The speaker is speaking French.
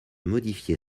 modifier